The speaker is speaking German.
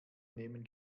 nehmen